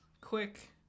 quick